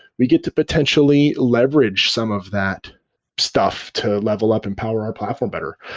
we get to potentially leverage some of that stuff to level up and power our platform better,